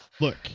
Look